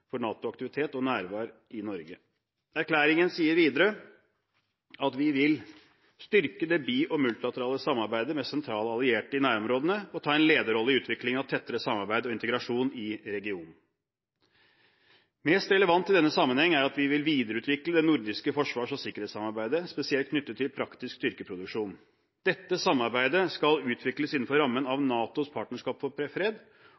for NATO-aktivitet og -nærvær i Norge». Erklæringen sier videre: «Regjeringen vil styrke det bi- og multilaterale samarbeidet med sentrale allierte i nærområdene og ta en lederrolle i utviklingen av tettere samarbeid og integrasjon i regionen.» Mest relevant i denne sammenheng er at vi vil videreutvikle det nordiske forsvars- og sikkerhetssamarbeidet, spesielt knyttet til praktisk styrkeproduksjon. Dette samarbeidet skal utvikles innenfor rammen